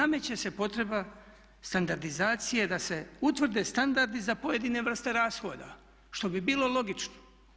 I nameće se potreba standardizacije da se utvrde standardi za pojedine vrste rashoda što bi bilo logično.